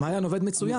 המעיין עובד מצוין.